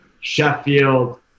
Sheffield